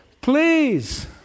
please